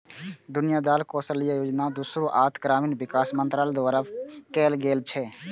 दीनदयाल कौशल्य योजनाक शुरुआत ग्रामीण विकास मंत्रालय द्वारा कैल गेल छै